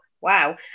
wow